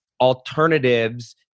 alternatives